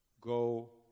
Go